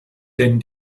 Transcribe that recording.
denn